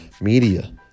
media